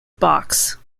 box